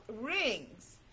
rings